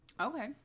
Okay